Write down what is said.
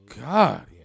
God